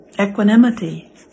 equanimity